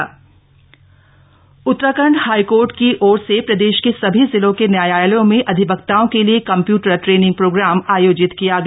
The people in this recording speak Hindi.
कम्प्यूटर ट्रेनिंग उत्तराखंड हाईकोर्ट की ओर से प्रदेश के सभी जिलों के न्यायालयों में अधिवक्ताओं के लिए कम्प्यूटर ट्रेनिंग प्रोग्राम आयोजित किया गया